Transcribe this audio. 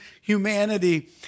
humanity